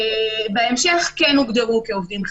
ובהמשך הם כן הוגדרו כעובדים חיוניים.